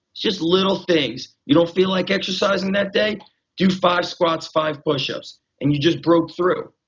just little things. you don't feel like exercising that day do five squats five push ups and you just broke through.